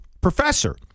professor